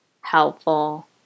helpful